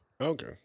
Okay